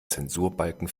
zensurbalken